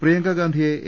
പ്രിയങ്കാ ഗാന്ധിയെ എ